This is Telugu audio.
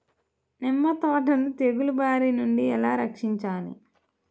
నిమ్మ తోటను తెగులు బారి నుండి ఎలా రక్షించాలి?